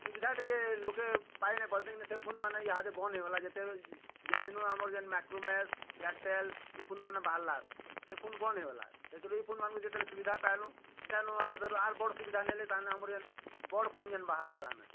ସୁବିଧା ଟିକେ ଲୋକେ ପାଇନାପାର୍ତି ଫୁନ୍ମାନେ ଇହାଦେ ବନ୍ଦ ହେଇଗଲା ଯେତେବେଳେ ଯେନ୍ ଦିନୁ ଆମର ମାଇକ୍ରୋ ମାକ୍ସ ଏୟାରଟେଲ୍ ଇ ଫୁନ୍ମାନ ବାହାରିଲା ସେ ଫୁନ୍ ବନ୍ଦ ହେଇଗଲା ସେଥିରୁ ଫୁନ୍ମାନଙ୍କରୁ ଯେତେବେଳେ ସୁବିଧା ପାଇଲୁ ଇତାନୁ ୟାଦେହରୁ ଆର୍ ବଡ଼ ସୁବିଧା ନେଲେ ତା'ଆମରି ଆନ୍ ବଡ଼ ଫୁନ୍ ଯେନ୍ ବାହାରିଲା ତା' ନେ